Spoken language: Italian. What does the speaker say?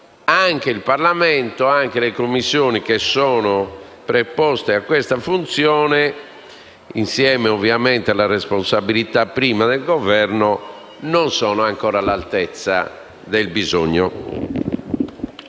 anche il Parlamento e le Commissioni preposte a questa funzione, insieme ovviamente alla responsabilità prima del Governo, non sono ancora all'altezza del bisogno.